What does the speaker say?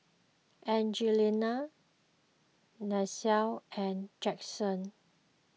Angelina Nancie and Jaxson